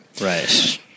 Right